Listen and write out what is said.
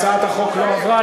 הצעת החוק לא עברה.